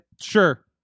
Sure